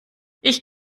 ich